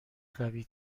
قوی